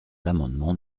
l’amendement